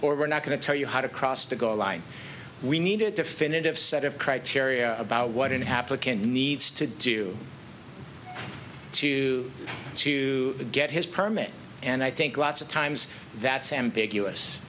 we're not going to tell you how to cross the goal line we need a definitive set of criteria about what an applicant needs to to do to get his permit and i think lots of times that's ambiguous